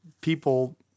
people